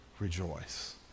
rejoice